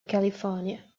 california